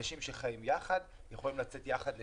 אנשים שחיים ביחד יכולים לצאת יחד לצימר.